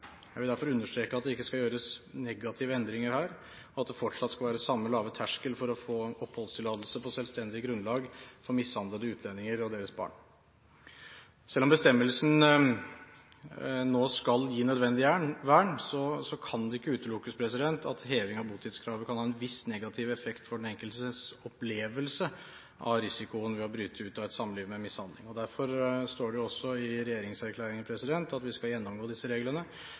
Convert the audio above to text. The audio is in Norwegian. Jeg vil derfor understreke at det ikke skal gjøres negative endringer her, og at det fortsatt skal være den samme, lave terskel for å få oppholdstillatelse på selvstendig grunnlag for mishandlede utlendinger og deres barn Selv om bestemmelsen nå skal gi nødvendig vern, kan det ikke utelukkes at heving av botidskravet kan ha en viss negativ effekt for den enkeltes opplevelse av risikoen ved å bryte ut av et samliv med mishandling. Derfor står det også i regjeringserklæringen at vi skal gjennomgå disse reglene,